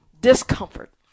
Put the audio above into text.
discomfort